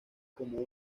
como